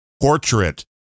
portrait